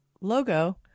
logo